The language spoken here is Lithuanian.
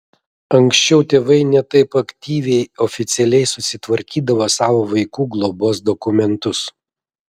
anksčiau tėvai ne taip aktyviai oficialiai susitvarkydavo savo vaikų globos dokumentus